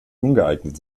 ungeeignet